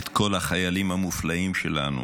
את כל החיילים המופלאים שלנו,